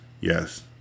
yes